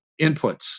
inputs